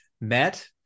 met